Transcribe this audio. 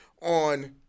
on